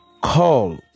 Call